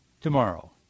tomorrow